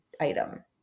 item